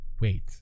Wait